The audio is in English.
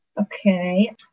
Okay